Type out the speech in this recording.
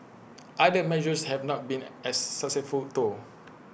other measures have not been as successful though